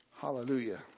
Hallelujah